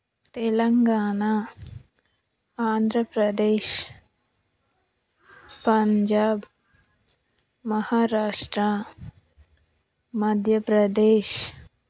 Telangana Andhra Pradesh Punjab Maharashtra Madhya Pradesh